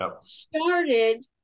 started